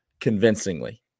convincingly